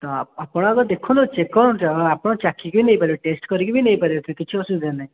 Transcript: ତ ଆପଣ ଆଗ ଦେଖନ୍ତୁ ଚେକ୍ କରନ୍ତୁ ଆପଣ ଚାଖିକି ନେଇ ପାରିବେ ଟେଷ୍ଟ୍ କରିକି ବି ନେଇପାରିବେ ସେଥିରେ କିଛି ଅସୁବିଧା ନାହିଁ